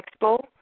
Expo